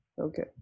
Okay